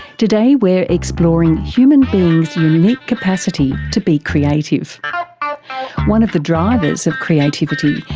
today we're exploring human beings' unique capacity to be creative. ah one of the drivers of creativity,